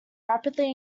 rapidly